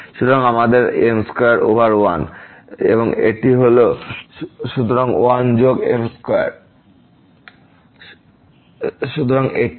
সুতরাং আমাদের আছে m2 ওভার 1 এবং এটি হল সুতরাং 1 যোগ m2 এটি 1m2m